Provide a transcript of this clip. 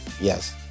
Yes